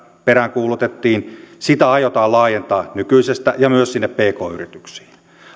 peräänkuulutettiin aiotaan laajentaa nykyisestä ja myös sinne pk yrityksiin